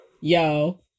Yo